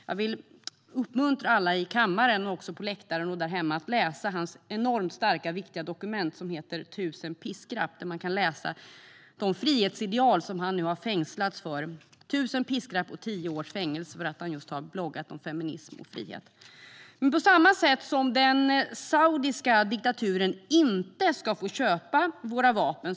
Jag vill uppmuntra alla i kammaren, på läktaren och där hemma att läsa hans enormt starka och viktiga dokument, som jag visar upp för kammaren. Där kan man läsa om de frihetsideal som han nu har fängslats för. Tusen piskrapp och tio års fängelse dömdes han till för att han har bloggat om just feminism och frihet. Den saudiska diktaturen ska inte få köpa våra vapen.